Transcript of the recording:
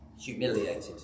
humiliated